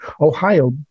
Ohio